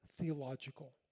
theological